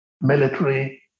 military